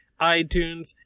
iTunes